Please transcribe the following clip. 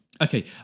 Okay